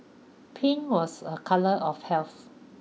pink was a colour of health